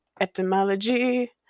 etymology